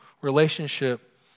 relationship